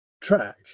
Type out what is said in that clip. track